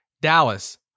Dallas